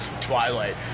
Twilight